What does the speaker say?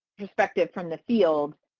perspective from the field,